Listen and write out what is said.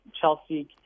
Chelsea